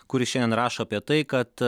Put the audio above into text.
kuris šiandien rašo apie tai kad